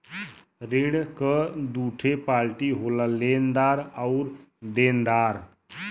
ऋण क दूठे पार्टी होला लेनदार आउर देनदार